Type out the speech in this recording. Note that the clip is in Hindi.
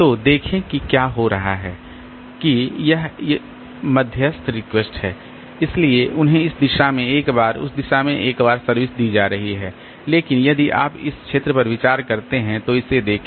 तो देखें कि क्या हो रहा है कि यह मध्यस्थ रिक्वेस्ट है इसलिए उन्हें इस दिशा में एक बार उस दिशा में एक बार सर्विस दी जा रही है लेकिन यदि आप इस क्षेत्र पर विचार करते हैं तो इसे देखें